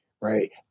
right